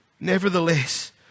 Nevertheless